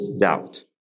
Doubt